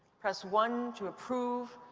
press one to approve.